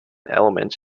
elements